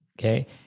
Okay